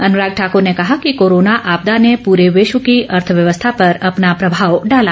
अनुराग ठाकुर ने कहा कि कोरोना आपदा ने पूरे विश्व की अर्थव्यवस्था पर अपना प्रभाव डाला है